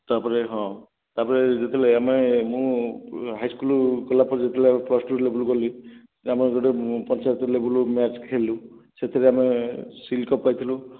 ତା'ପରେ ହଁ ତା'ପରେ ଯେତେବେଳେ ଆମେ ମୁଁ ହାଇସ୍କୁଲ୍ ଗଲାପରେ ଯେତେବେଳେ ପ୍ଲସ୍ ଟୁ ଲେବେଲ୍ ଗଲି ଏ ଆମେ ଗୋଟେ ପଞ୍ଚାୟତ ଲେବୁଲ୍ ମ୍ୟାଚ୍ ଖେଳିଲୁ ସେଥିରେ ଆମେ ସିଲ୍ କପ୍ ପାଇଥିଲୁ